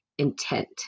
intent